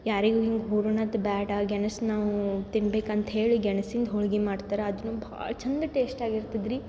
ಯಾರಿಗು ಹಿಂಗೆ ಹೂರ್ಣದ್ದು ಬೇಡ ಗೆಣಸು ನಾವೂ ತಿನ್ಬೇಕಂತೇಳಿ ಗೆಣ್ಸಿಂದು ಹೋಳ್ಗೆ ಮಾಡ್ತಾರ ಅದುನ್ನ ಭಾಳ್ ಚಂದ ಟೇಸ್ಟ್ ಆಗಿರ್ತದ ರೀ